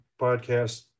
podcast